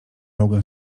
mogłem